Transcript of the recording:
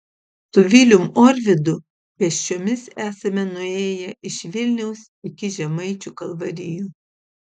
su vilium orvidu pėsčiomis esame nuėję iš vilniaus iki žemaičių kalvarijų